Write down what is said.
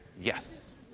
Yes